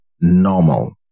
normal